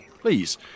Please